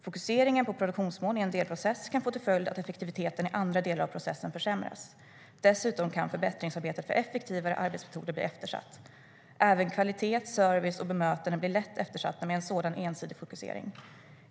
Fokuseringen på produktionsmål i en delprocess kan få till följd att effektiviteten i andra delar av processen försämras. Dessutom kan förbättringsarbetet för effektivare arbetsmetoder bli eftersatt. Även kvalitet, service och bemötande blir lätt eftersatta med en sådan ensidig fokusering.